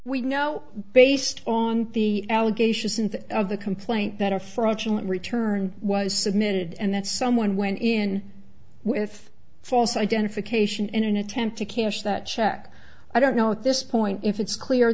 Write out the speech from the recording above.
we know based on the allegations in the of the complaint that a fraudulent return was submitted and that someone went in with false identification in an attempt to cash that check i don't know at this point if it's clear